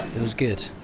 it was good,